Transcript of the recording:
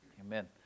Amen